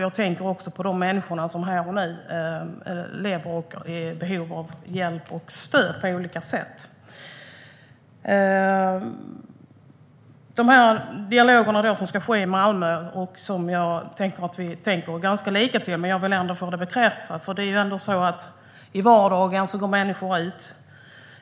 Jag tänker på de människor som lever här och nu och som är i behov av hjälp och stöd på olika sätt. Jag tror att jag och statsrådet tänker ganska lika när det gäller dialogerna i Malmö. Men jag vill få det bekräftat. Människor går nämligen ut i vardagen.